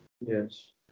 Yes